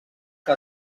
que